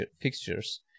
fixtures